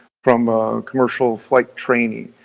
from commercial flight training.